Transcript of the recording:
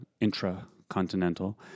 intracontinental